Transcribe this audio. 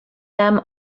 them